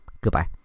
goodbye